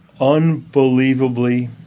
Unbelievably